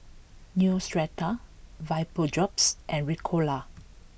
Neostrata VapoDrops and Ricola